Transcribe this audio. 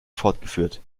fortgeführt